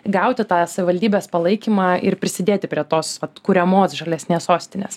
gauti tą savivaldybės palaikymą ir prisidėti prie tos atkuriamos žalesnės sostinės